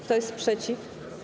Kto jest przeciw?